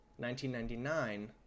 1999